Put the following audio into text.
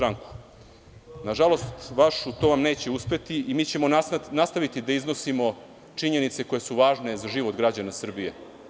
Na vašu žalost, baš u tome nećete uspeti, i mi ćemo nastaviti da iznosimo činjenice koje su važne za život građana Srbije.